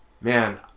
Man